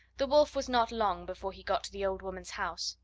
the wolf was not long before he got to the old woman's house.